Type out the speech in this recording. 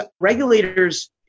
regulators